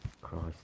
Christ